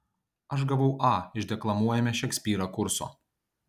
aš gavau a iš deklamuojame šekspyrą kurso